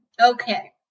Okay